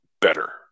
better